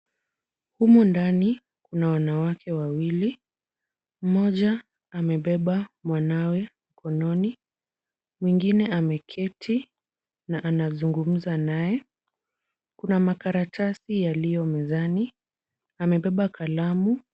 Humu ndani kuna wanawake wawili, mmoja amebeba mwanawe mkononi, mwingine ameketi na anazungumza naye. Kuna makaratasi yaliyo mezani. Amebeba kalamu.